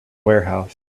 warehouse